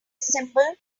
symbol